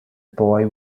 boy